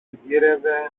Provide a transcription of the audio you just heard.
γύρευε